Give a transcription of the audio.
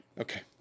Okay